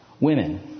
Women